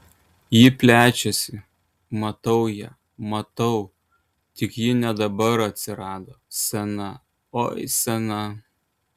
ji plečiasi matau ją matau tik ji ne dabar atsirado sena oi sena